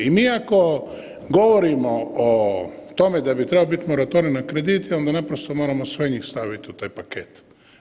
I mi ako govorimo o tome da bi trebao biti moratorij na kredite onda naprosto moramo sve njih staviti u te pakete.